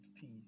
peace